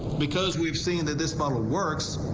because we've seen that this model works.